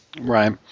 Right